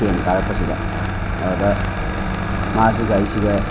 ten ꯀꯥꯔꯛꯄꯁꯤꯗ ꯑꯗꯨꯗ ꯃꯥꯁꯤꯒ ꯑꯩꯁꯤꯒ